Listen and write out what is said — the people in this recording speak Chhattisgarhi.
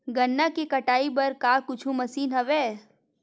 गन्ना के कटाई बर का कुछु मशीन हवय?